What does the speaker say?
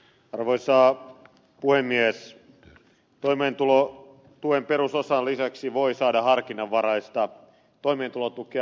orvoista nuori mies ja toimeentulo toimeentulotuen perusosan lisäksi voi saada harkinnanvaraista toimeentulotukea